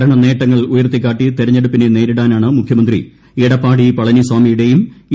ഭരണ നേട്ടങ്ങൾ ഉയർത്തിക്കാട്ടി തെരഞ്ഞെടുപ്പിനെ നേരിടാനാണ് മുഖ്യമന്ത്രി എടപ്പാടി പളനിസാമിയുടെയും എ